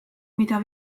mida